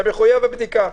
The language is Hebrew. אתה מחויב בבדיקה.